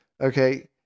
Okay